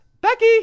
Becky